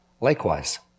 Likewise